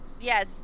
Yes